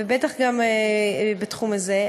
בטח גם בתחום הזה,